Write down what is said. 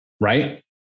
Right